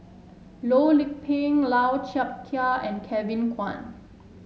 Loh Lik Peng Lau Chiap Khai and Kevin Kwan